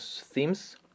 themes